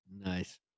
Nice